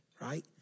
right